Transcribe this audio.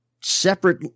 separate